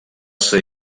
ser